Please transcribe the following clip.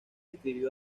escribió